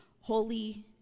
holy